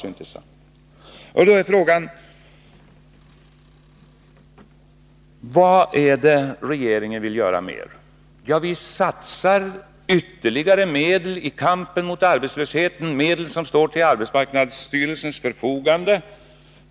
Så till frågan: Vad vill regeringen göra därutöver? Vi satsar ytterligare medel i kampen mot arbetslösheten, medel som står till arbetsmarknadsstyrelsens förfogande.